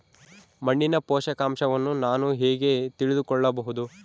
ಮಣ್ಣಿನ ಪೋಷಕಾಂಶವನ್ನು ನಾನು ಹೇಗೆ ತಿಳಿದುಕೊಳ್ಳಬಹುದು?